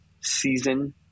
season